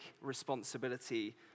responsibility